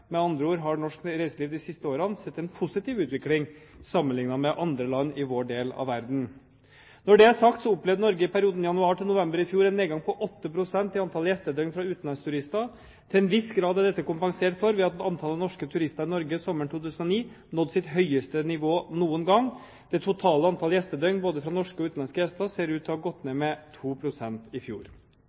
Med andre ord har norsk reiseliv de siste årene sett en positiv utvikling sammenlignet med andre land i vår del av verden. Når det er sagt, så opplevde Norge i perioden januar til november i fjor en nedgang på 8 pst. i antallet gjestedøgn fra utenlandsturister. Til en viss grad er dette kompensert for ved at antallet norske turister i Norge sommeren 2009 nådde sitt høyeste nivå noen gang. Det totale antallet gjestedøgn, både fra norske og utenlandske gjester, ser ut til å ha gått ned med 2 pst. i fjor.